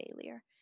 failure